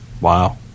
Wow